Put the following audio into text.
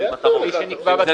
כפי שנקבע בתוספת.